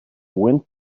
wind